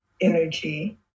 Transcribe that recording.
energy